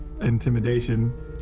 Intimidation